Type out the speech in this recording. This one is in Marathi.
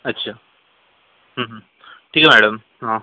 अच्छा ठीक आहे मॅडम हां